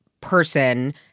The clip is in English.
Person